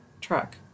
truck